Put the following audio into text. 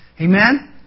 Amen